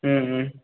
ம் ம்